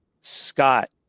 Scott